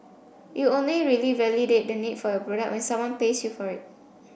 you only really validate the need for your product when someone pays you for it